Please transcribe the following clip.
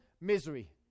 misery